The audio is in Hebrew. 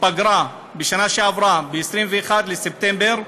פגרה בשנה שעברה, ב-21 בספטמבר,